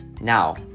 Now